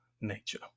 nature